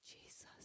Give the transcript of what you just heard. Jesus